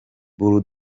bull